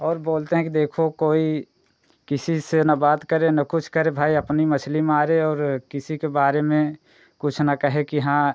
और बोलते हैं कि देखो कोई किसी से न बात करे न कुछ करे भई अपनी मछली मारे और किसी के बारे में कुछ न कहे कि हाँ